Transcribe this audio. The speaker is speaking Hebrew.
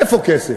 איפה הכסף?